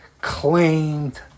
claimed